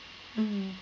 mm